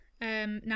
now